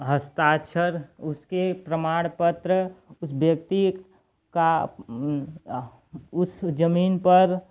हस्ताक्षर उसके प्रमाणपत्र उस व्यक्ति का उस ज़मीन पर